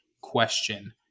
question